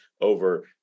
over